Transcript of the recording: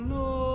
no